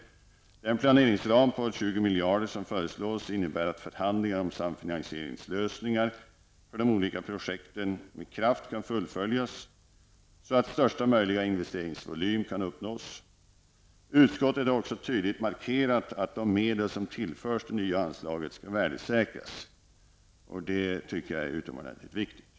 Den planeringsram på 20 miljarder som föreslås innebär att förhandlingar om samfinansieringslösningar för de olika projekten med kraft kan fullföljas, så att största möjliga investeringsvolym kan uppnås. Utskottet har också tydligt markerat att de medel som tillförs det nya anslaget skall värdesäkras, och det tycker jag är utomordentligt viktigt.